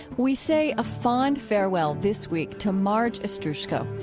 we say a fond farewell this week to marge ostroushko.